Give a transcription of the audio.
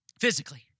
Physically